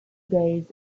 days